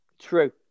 True